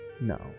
No